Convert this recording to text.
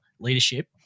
leadership